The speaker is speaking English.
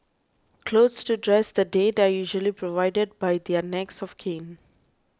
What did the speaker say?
clothes to dress the dead are usually provided by their next of kin